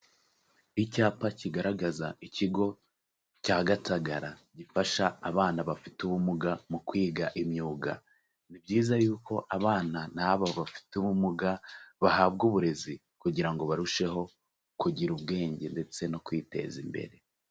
Icyapa kigaragaza ikigo cya Gatagara gifasha abana bafite ubumuga mu kwiga imyuga, ni byiza yuko abana nkaba bafite ubumuga bahabwa uburezi kugira ngo barusheho kugira ubwenge ndetse no kwiteza imbere.